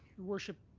your worship,